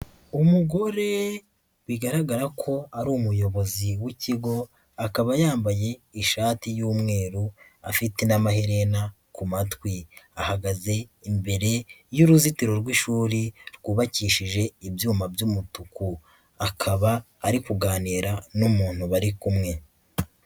Umugore bigaragara ko ari umuyobozi w'ikigo, akaba yambaye ishati y'umweru, afite n'amaherena ku matwi. Ahagaze imbere y'uruzitiro rw'ishuri, rwubakishije ibyuma by'umutuku, akaba ari kuganira n'umuntu bari kumwe.